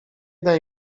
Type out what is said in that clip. daj